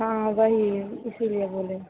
हाँ वही इसलिए बोले